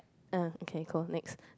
uh okay cool next